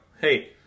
Hey